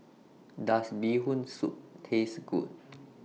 Does Bee Hoon Soup Taste Good